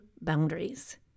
boundaries